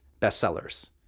bestsellers